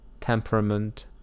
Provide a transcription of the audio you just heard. temperament